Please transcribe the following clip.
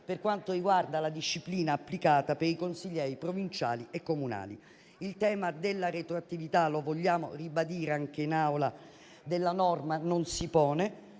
per quanto riguarda la disciplina applicata per i consiglieri provinciali e comunali. Il tema della retroattività della norma - lo vogliamo ribadire anche in Aula - non si pone.